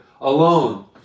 alone